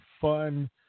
fun